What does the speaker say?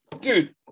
Dude